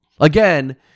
Again